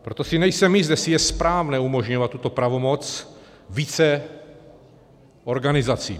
Proto si nejsem jist, jestli je správné umožňovat tuto pravomoc více organizacím.